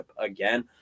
again